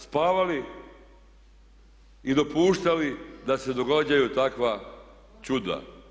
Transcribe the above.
Spavali i dopuštali da se događaju takva čuda.